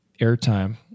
airtime